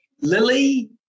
Lily